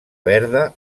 verda